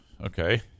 okay